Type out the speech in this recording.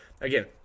again